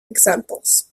examples